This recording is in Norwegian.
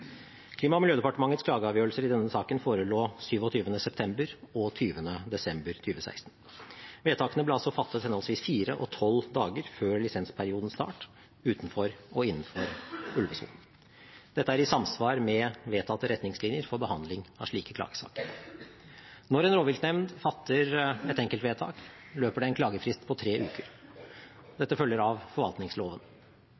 Klima- og miljødepartementets klageavgjørelser i denne saken forelå 27. september og 20. desember 2016. Vedtakene ble altså fattet henholdsvis fire og tolv dager før lisensfellingsperiodens start utenfor og innenfor ulvesonen. Dette er i samsvar med vedtatte retningslinjer for behandling av slike klagesaker. Når en rovviltnemnd fatter et enkeltvedtak, løper det en klagefrist på tre uker.